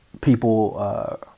people